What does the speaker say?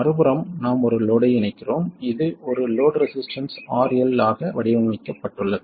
மறுபுறம் நாம் ஒரு லோட் ஐ இணைக்கிறோம் இது ஒரு லோட் ரெசிஸ்டன்ஸ் RL ஆக வடிவமைக்கப்பட்டுள்ளது